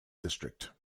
district